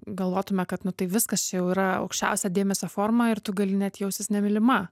galvotume kad nu tai viskas čia jau yra aukščiausio dėmesio forma ir tu gali net jaustis nemylima